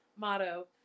motto